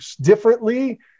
differently